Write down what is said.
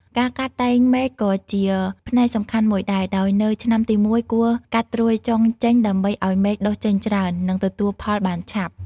ការកាត់តែងមែកក៏ជាផ្នែកសំខាន់មួយដែរ ដោយនៅឆ្នាំទីមួយ គួរកាត់ត្រួយចុងចេញដើម្បីឲ្យមែកដុះចេញច្រើន និងទទួលផលបានឆាប់។